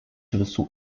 visų